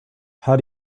how